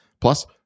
Plus